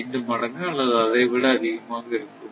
5 மடங்கு அல்லது அதைவிட அதிகமாக இருக்கும்